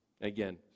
Again